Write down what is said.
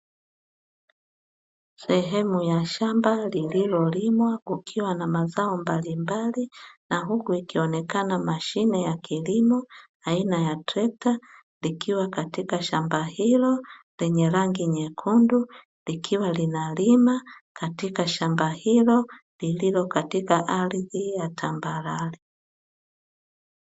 Sehemu ya shamba lililolimwa kukiwa na mazao mbalimbali na huko, ikionekana mashine ya kilimo aina ya trekta likiwa katika shamba hilo lenye rangi nyekundu likiwa linalima katika shamba hilo lililo katika ardhi ya tambarare.